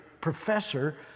professor